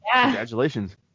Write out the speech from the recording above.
Congratulations